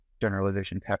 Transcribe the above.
generalization